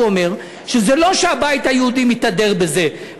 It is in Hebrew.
הוא אומר שזה לא שהבית היהודי מתהדר בזה,